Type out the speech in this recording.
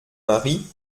mari